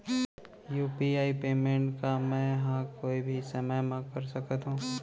UPI payment का मैं ह कोई भी समय म कर सकत हो?